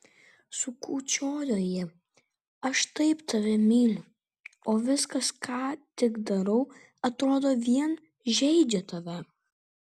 sukūkčiojo ji aš taip tave myliu o viskas ką tik darau atrodo vien žeidžia tave